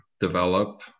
develop